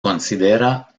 considera